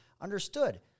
understood